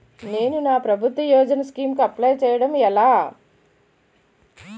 నేను నా ప్రభుత్వ యోజన స్కీం కు అప్లై చేయడం ఎలా?